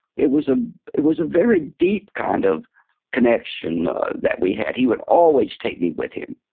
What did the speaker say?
it was ah it was a very deep kind of connection that we had. he would always take me with him,